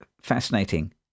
fascinating